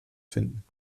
finden